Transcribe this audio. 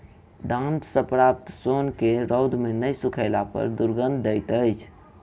डांट सॅ प्राप्त सोन के रौद मे नै सुखयला पर दुरगंध दैत अछि